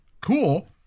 cool